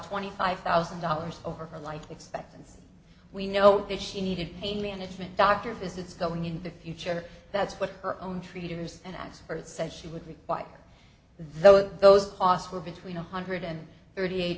twenty five thousand dollars over her life expectancy we know that she needed pain management doctor visits going in the future that's what her own traders and experts said she would require though those costs were between one hundred and thirty eight